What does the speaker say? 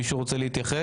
מישהו רוצה להתייחס?